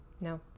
No